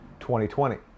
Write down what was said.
2020